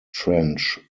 trench